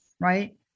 right